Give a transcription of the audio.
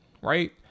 Right